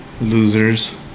Losers